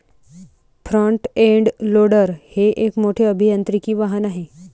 front end loader हे एक मोठे अभियांत्रिकी वाहन आहे